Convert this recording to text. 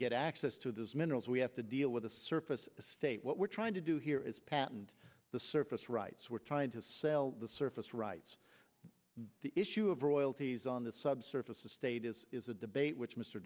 get access to this minerals we have to deal with the surface state what we're trying to do here is patent the surface rights we're trying to sell the surface rights the issue of royalties on the subsurface of status is a debate which m